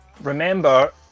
remember